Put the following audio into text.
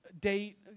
date